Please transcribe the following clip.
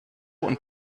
und